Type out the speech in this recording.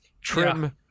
trim